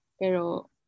pero